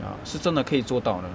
ya 是真的可以做到的